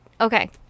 Okay